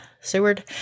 Seward